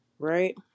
Right